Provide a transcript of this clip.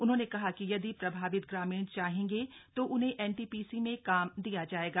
उन्होंने कहा कि यदि प्रभावित ग्रामीण चाहेंगे तो उन्हें एनटीपीसी में काम दिया जायेगा